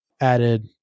added